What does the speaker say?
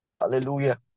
Hallelujah